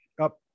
up